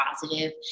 positive